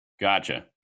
Gotcha